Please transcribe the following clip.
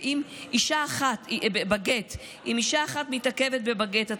ואם אישה אחת מתעכבת בגט,